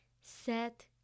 Set